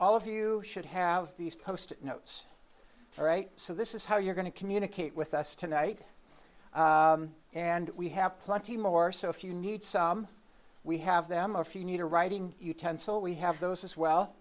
all of you should have these post notes all right so this is how you're going to communicate with us tonight and we have plenty more so if you need some we have them a few need a writing utensil we have those as well